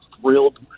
thrilled